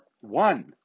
one